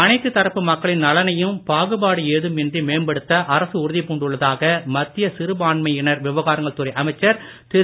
அனைத்துத் தரப்பு மக்களின் நலனையும் பாகுபாடு ஏதும் இன்றி மேம்படுத்த அரசு உறுதி பூண்டுள்ளதாக மத்திய சிறுபான்மையினர் விவகாரங்கள் துறைஅமைச்சர் திரு